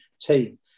team